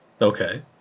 Okay